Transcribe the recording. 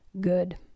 Good